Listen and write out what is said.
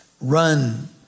Run